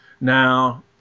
Now